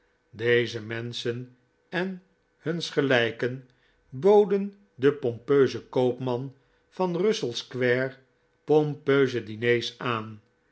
deze menschen en huns gelijken boden den pompeuzen koopman van russell square pompeuze diners aan